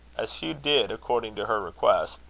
as hugh did according to her request,